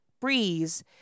breeze